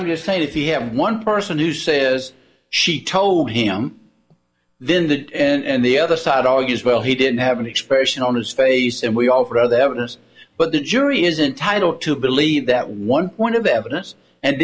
i'm just saying if he has one person who says she told him then that and the other side argues well he did have an expression on his face and we all throw the evidence but the jury is entitle to believe that one one of the evidence and